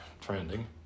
trending